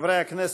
חברי הכנסת,